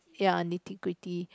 ya nitty gritty